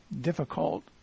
difficult